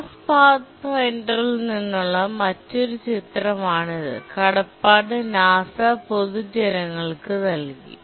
Mars Path ഫൈൻഡറിൽ നിന്നുള്ള മറ്റൊരു ചിത്രമാണിത് കടപ്പാട് നാസ പൊതുജനങ്ങൾക്ക് നൽകി